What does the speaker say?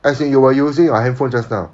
as in you were using your handphone just now